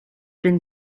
been